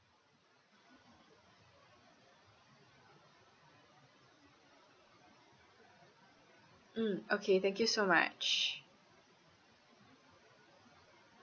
mm okay thank you so much